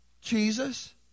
Jesus